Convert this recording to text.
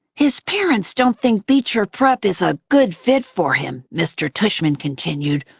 his parents don't think beecher prep is a good fit for him, mr. tushman continued,